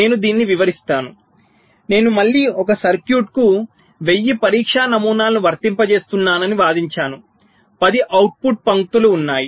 నేను దీనిని వివరిస్తాను నేను మళ్ళీ ఒక సర్క్యూట్కు 1000 పరీక్షా నమూనాలను వర్తింపజేస్తున్నానని వాదించాను 10 అవుట్పుట్ పంక్తులు ఉన్నాయి